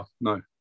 no